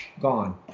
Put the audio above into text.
gone